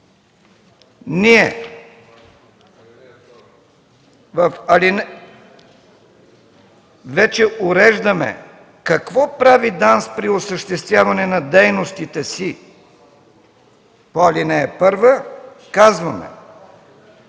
ние вече уреждаме какво прави ДАНС при осъществяване на дейностите си по ал. 1, казваме: